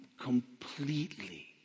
completely